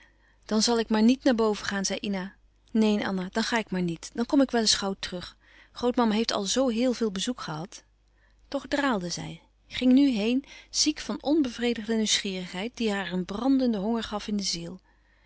dan zal ik maar niet naar boven gaan zei ina neen anna dan ga ik maar niet dan kom ik wel eens gauw terug grootmama heeft al zoo heel veel bezoek gehad toch draalde zij ging nu heen ziek van onbevredigde nieuwsgierigheid die haar een brandenden honger gaf in de ziel